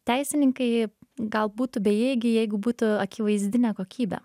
teisininkai gal būtų bejėgiai jeigu būtų akivaizdi nekokybė